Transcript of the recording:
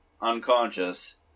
unconscious